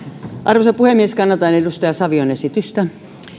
arvoisa puhemies kannatan edustaja savion esitystä